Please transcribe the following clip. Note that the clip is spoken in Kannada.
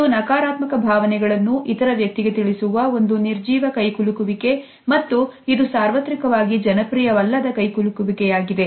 ಇದು ನಕಾರಾತ್ಮಕ ಭಾವನೆಗಳನ್ನು ಇತರ ವ್ಯಕ್ತಿಗೆ ತಿಳಿಸುವ ಒಂದು ನಿರ್ಜೀವ ಕೈಕುಲುಕುವಿಕೆ ಮತ್ತು ಇದು ಸಾರ್ವತ್ರಿಕವಾಗಿ ಜನಪ್ರಿಯವಲ್ಲದಕೈಕುಲುಕುವಿಕೆಯಾಗಿದೆ